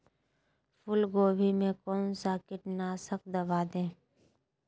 फूलगोभी में कौन सा कीटनाशक दवा दे?